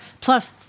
plus